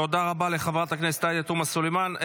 תודה רבה לחברת הכנסת עאידה תומא סלימאן.